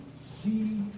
See